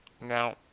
Now